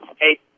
Hey